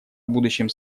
будущем